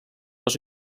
les